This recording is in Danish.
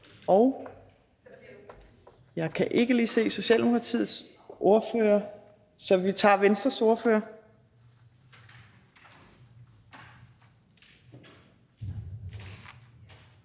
Jeg kan ikke lige se Socialdemokratiets ordfører, så vi tager Venstres ordfører.